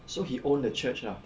so he own the church lah